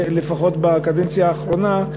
לפחות בקדנציה האחרונה,